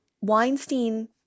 Weinstein